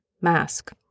mask